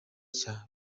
cya